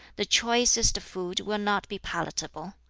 the choicest food will not be palatable,